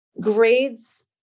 Grades